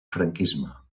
franquisme